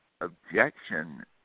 objection